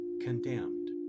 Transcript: condemned